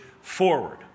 forward